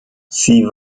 sie